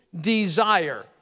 desire